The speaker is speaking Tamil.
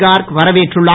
கார்க் வரவேற்றுள்ளார்